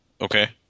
Okay